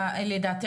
על נשים מוכות,